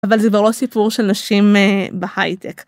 אבל זה כבר לא סיפור של נשים בהייטק.